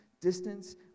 distance